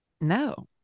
No